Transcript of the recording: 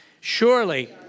Surely